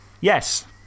Yes